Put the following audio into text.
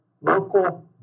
local